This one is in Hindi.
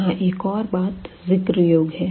यहां एक और बात जिक्र योग है